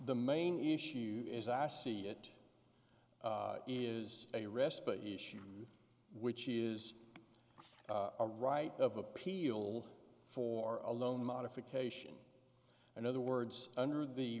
the main issue as i see it is a respite issue which is a right of appeal for a loan modification in other words under the